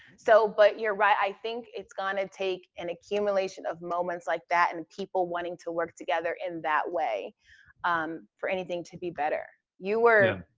so, but you're right. i think it's gonna take an accumulation of moments like that and people wanting to work together in that way um for anything to be better. you were,